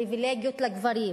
פריווילגיות לגברים,